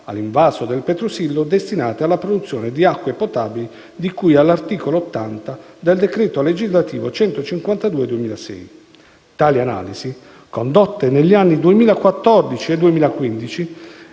dell'invaso del Pertusillo, destinate alla produzione di acqua potabile, di cui all'articolo 80 del decreto-legislativo 3 aprile 2006, n. 152. Tali analisi, condotte negli anni 2014 e 2015,